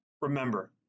Remember